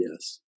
Yes